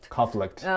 Conflict